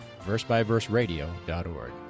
versebyverseradio.org